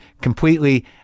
completely